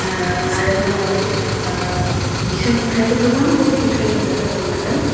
आरो जोङो बिसोरनिफ्रायबो गोबां बुस्थु सोलोंनो जोङो मोनो